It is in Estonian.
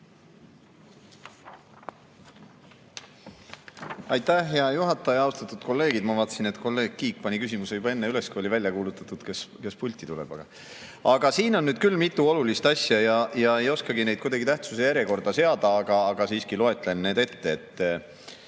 Aitäh, hea juhataja! Austatud kolleegid! Ma vaatasin, et kolleeg Kiik pani küsimuse [soovi] üles juba enne, kui oli välja kuulutatud, kes pulti tuleb. Aga siin on nüüd küll mitu olulist asja ja ei oskagi neid kuidagi tähtsuse järjekorda seada, siiski loen need ette.